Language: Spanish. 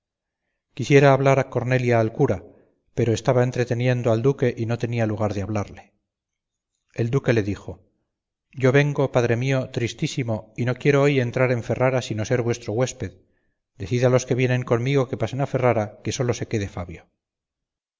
quisiera hablar cornelia al cura pero estaba entreteniendo al duque y no tenía lugar de hablarle el duque le dijo yo vengo padre mío tristísimo y no quiero hoy entrar en ferrara sino ser vuestro huésped decid a los que vienen conmigo que pasen a ferrara y que sólo se quede fabio